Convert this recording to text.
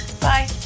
bye